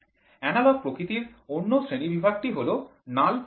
analogue প্রকৃতির অন্য শ্রেণীবিভাগ টি হল নাল প্রকার